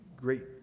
great